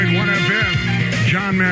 John